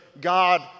God